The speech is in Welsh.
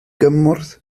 gymorth